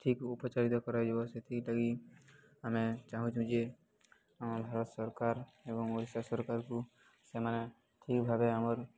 ଠିକ୍ ଉପଚାରିତ କରାଯିବ ସେଥିରଲାଗି ଆମେ ଚାହୁଁଛୁ ଯେ ଆମ ଭାରତ ସରକାର ଏବଂ ଓଡ଼ିଶା ସରକାରକୁ ସେମାନେ ଠିକ୍ ଭାବେ ଆମର୍